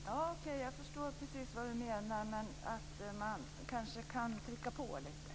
Fru talman! Jag förstår precis vad Siw Wittgren Ahl menar, men man kanske kan trycka på lite.